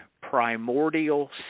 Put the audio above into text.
primordial